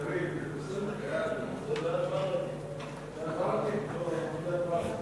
הצעת ועדת הכנסת בדבר השלמת הרכב ועדות